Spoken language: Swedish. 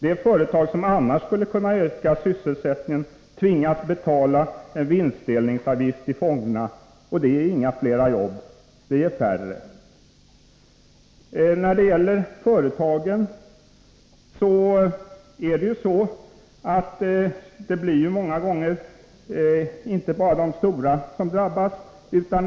De företag som annars skulle kunna öka sysselsättningen tvingas betala en vinstdelningsavgift till fonderna, och det ger inte fler jobb utan färre. Det blir inte bara de stora företagen som drabbas.